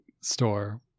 store